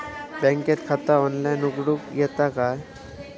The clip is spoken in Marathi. बँकेत खाता ऑनलाइन उघडूक येता काय?